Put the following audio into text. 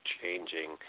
changing